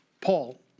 Paul